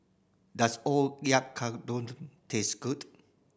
does Oyakodon taste good